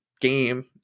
game